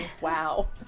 wow